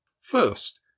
First